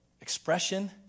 expression